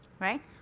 right